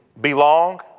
Belong